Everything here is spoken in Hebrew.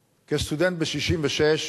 ב-1966,